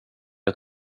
att